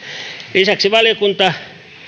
lisäksi valiokunta